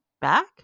back